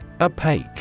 Opaque